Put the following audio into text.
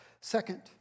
Second